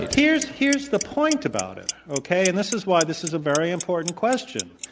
here's here's the point about it, okay? and this is why this is a very important question.